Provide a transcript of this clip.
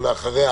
ואחריה